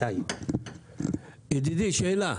לנו מה לעשות כי אי אפשר לייצא ואי